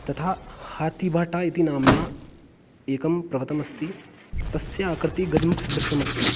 तथा हाथीबाटा इति नाम्ना एकं पर्वतमस्ति तस्य आकृतिः गजमुखसदृशम् अस्ति